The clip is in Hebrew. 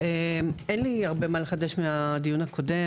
אין לי הרבה מה לחדש מהדיון הקודם.